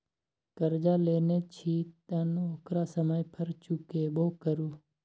करजा लेने छी तँ ओकरा समय पर चुकेबो करु